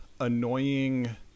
annoying